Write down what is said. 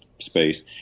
space